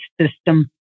system